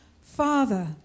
Father